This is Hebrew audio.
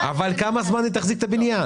כמה זמן היא תחזיק את הבניין?